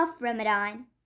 Ramadan